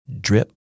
Drip